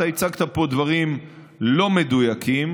אתה הצגת פה דברים לא מדויקים,